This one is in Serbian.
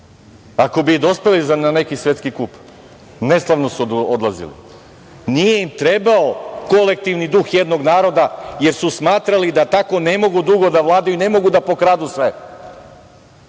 Ako bi i dospele na neki svetski kup, neslavno su odlazile. Nije im trebao kolektivni duh jednog naroda jer su smatrali da tako ne mogu dugo da vladaju i ne mogu da pokradu sve.